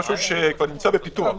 נמצא בפיתוח.